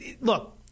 Look